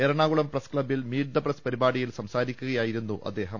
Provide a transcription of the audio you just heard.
Ernakulam press ക്ലബ്ബിൽ meet the press പരിപാടിയിൽ സംസാരിക്കുകയായിരുന്നു അദ്ദേഹം